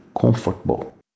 comfortable